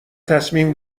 تصمیم